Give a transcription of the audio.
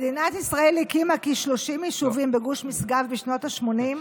מדינת ישראל הקימה כ-30 יישובים בגוש משגב בשנות השמונים,